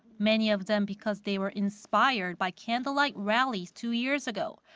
many of them because they were inspired by candlelight rallies two years ago.